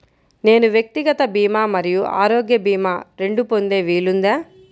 నేను వ్యక్తిగత భీమా మరియు ఆరోగ్య భీమా రెండు పొందే వీలుందా?